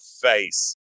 face